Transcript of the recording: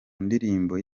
ndirimbo